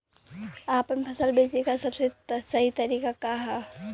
आपन फसल बेचे क सबसे सही तरीका का ह?